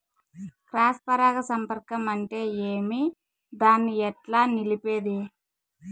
Cross పరాగ సంపర్కం అంటే ఏమి? దాన్ని ఎట్లా నిలిపేది?